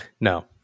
No